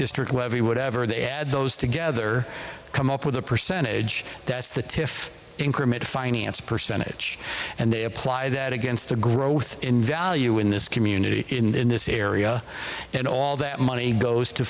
district levy whatever they add those together come up with a percentage that's the tiff increment finance percentage and they apply that against the growth in value in this community in this area that all that money goes to